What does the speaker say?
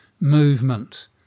movement